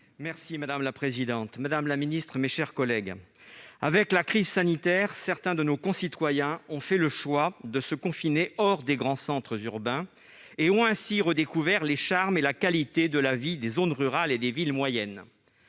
des budgets départementaux. La parole est à M. Bruno Rojouan. Avec la crise sanitaire, certains de nos concitoyens ont fait le choix de se confiner hors des grands centres urbains et ont ainsi redécouvert les charmes et la qualité de vie des zones rurales et des villes moyennes.